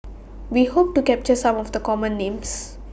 We Hope to capture Some of The Common Names